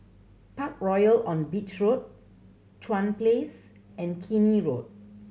Parkroyal on Beach Road Chuan Place and Keene Road